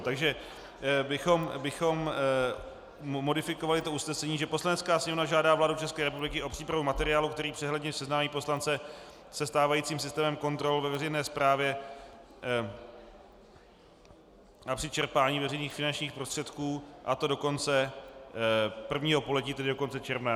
Takže bychom modifikovali usnesení, že Poslanecká sněmovna žádá vládu České republiky o přípravu materiálu, který přehledně seznámí poslance se stávajícím systémem kontrol ve veřejné správě a při čerpání veřejných finančních prostředků, a to do konce prvního pololetí, tedy do konce června.